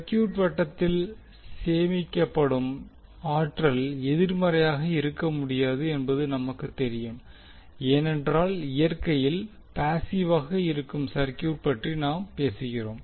சர்கியூட்வட்டத்தில் சேமிக்கப்படும் ஆற்றல் எதிர்மறையாக இருக்க முடியாது என்பது நமக்குத் தெரியும் ஏனென்றால் இயற்கையில் பாசிவாக இருக்கும் சர்க்யூட் பற்றி நாம் பேசுகிறோம்